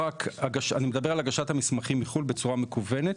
אני מדבר על הגשת המסמכים מחו"ל בצורה מקוונת.